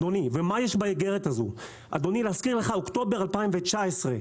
אדוני, להזכיר לך באוקטובר 2019,